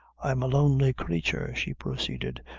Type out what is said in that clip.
i'm a lonely creature, she proceeded,